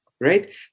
right